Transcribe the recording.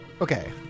okay